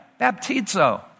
Baptizo